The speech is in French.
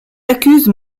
accuse